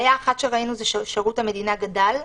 בעיה אחת שראינו היא ששירות המדינה גדל,